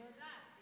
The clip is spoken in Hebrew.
אני יודעת.